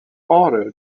order